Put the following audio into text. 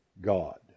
God